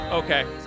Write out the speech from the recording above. Okay